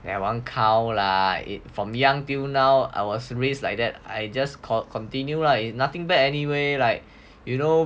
that one count lah it from young till now I was raised like that I just continue lah nothing bad anyway like you know